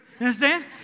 Understand